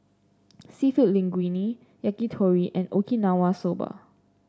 seafood Linguine Yakitori and Okinawa Soba